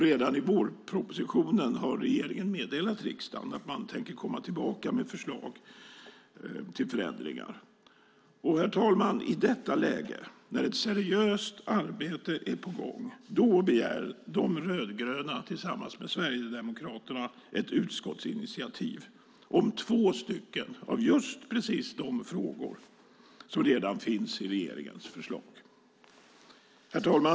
Redan i vårpropositionen meddelade regeringen riksdagen att man tänker komma tillbaka med förslag till förändringar. Herr talman! I detta läge, när ett seriöst arbete är på gång, begär de rödgröna tillsammans med Sverigedemokraterna ett utskottsinitiativ om två av de frågor som redan finns i regeringens förslag.